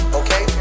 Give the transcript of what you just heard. okay